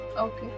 okay